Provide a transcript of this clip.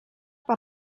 per